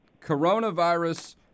Coronavirus